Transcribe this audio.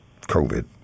COVID